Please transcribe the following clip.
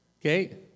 Okay